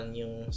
yung